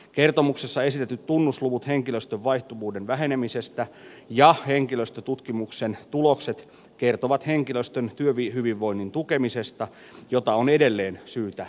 kertomuksessa esitetyt tunnusluvut henkilöstön vaihtuvuuden vähenemisestä ja henkilöstötutkimuksen tulokset kertovat henkilöstön työhyvinvoinnin tukemisesta jota on edelleen syytä jatkaa